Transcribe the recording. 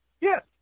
Yes